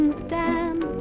stand